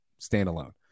standalone